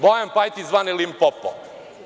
Bojan Pajtić, zvani Limpopo.